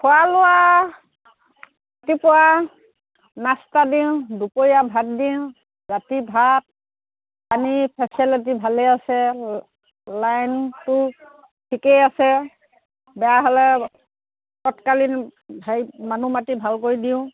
খোৱা লোৱা ৰাতিপুৱা নাস্তা দিওঁ দুপৰীয়া ভাত দিওঁ ৰাতি ভাত আমি ফেচেলিটী ভালেই আছে লাইনটো ঠিকেই আছে বেয়া হ'লে তৎকালীন হেৰি মানুহ মাতি ভাল কৰি দিওঁ